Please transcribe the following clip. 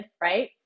right